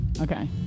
Okay